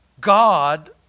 God